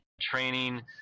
training